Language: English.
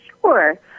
Sure